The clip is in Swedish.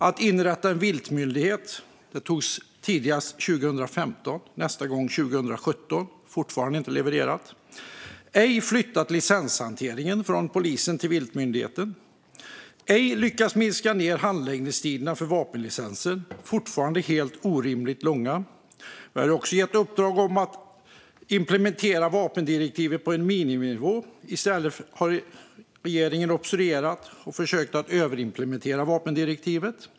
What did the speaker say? Att man ska inrätta en viltmyndighet begärde vi första gången 2015 och nästa gång 2017. Det är fortfarande inte levererat. Regeringen har ej flyttat licenshanteringen från polisen till viltmyndigheten. Regeringen har ej lyckats korta ned handläggningstiderna för vapenlicenserna. De är fortfarande helt orimligt långa. Vi har gett i uppdrag att implementera vapendirektivet på en miniminivå. Regeringen har obstruerat och i stället försökt överimplementera vapendirektivet.